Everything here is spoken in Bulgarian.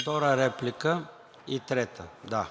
Втора реплика и трета. Да.